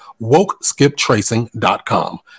WokeSkipTracing.com